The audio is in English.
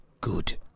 good